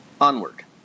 Onward